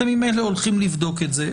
אתם ממילא הולכים לבדוק את זה.